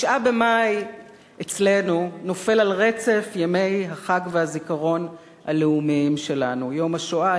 9 במאי אצלנו נופל על רצף ימי החג והזיכרון הלאומיים שלנו: יום השואה,